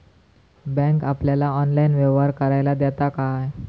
Bank आपल्याला online व्यवहार करायला देता काय?